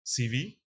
CV